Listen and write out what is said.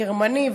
גרמני,